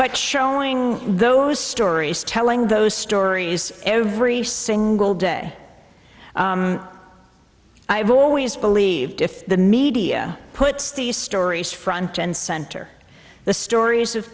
t showing those stories telling those stories every single day i've always believed if the media puts these stories front and center the stories of